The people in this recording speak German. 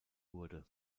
wurde